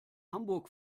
hamburg